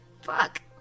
Fuck